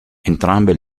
entrambe